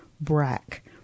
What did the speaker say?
Brack